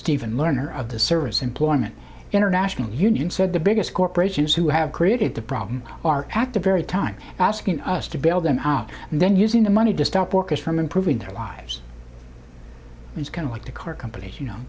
steven lerner of the service employment international union said the biggest corporations who have created the problem are active very time asking us to bail them out and then using the money to stop workers from improving their lives it's kind of like the car companies you know